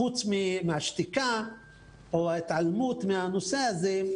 חוץ מהשתיקה או ההתעלמות מהנושא הזה.